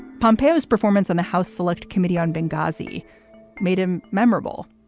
pompei? his performance on the house select committee on benghazi made him memorable,